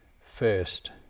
first